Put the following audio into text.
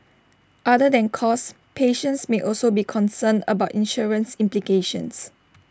other than cost patients may also be concerned about insurance implications